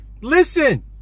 listen